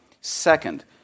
Second